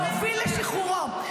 להוביל לשחרורו.